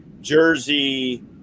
jersey